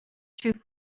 true